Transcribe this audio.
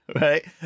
Right